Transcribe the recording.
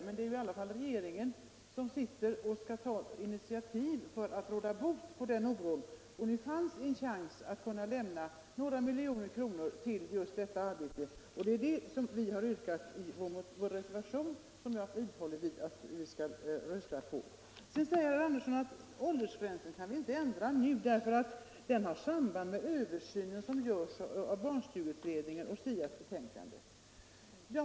Men det är i alla fall regeringen som skall ta initiativ för att råda bot på den oron. Nu fanns en chans att lämna några miljoner kronor till detta arbete, vilket vi har yrkat i vår reservation. Jag vidhåller att vi skall rösta på den. Herr Andersson säger att vi inte kan ändra åldersgränsen nu därför att den har samband med den översyn som görs av barnstugeutredningen och SIA.